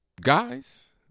Guys